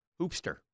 hoopster